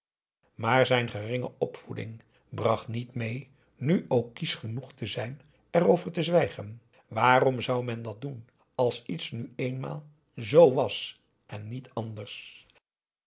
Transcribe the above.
maar zijn geringe opvoeding bracht niet mee nu ook kiesch genoeg te zijn erover te zwijgen waarom zou men dat doen als iets nu eenmaal z was en niet anders